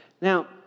Now